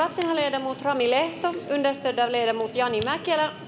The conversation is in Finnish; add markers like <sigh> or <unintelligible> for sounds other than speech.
<unintelligible> on rami lehto lehto jani mäkelän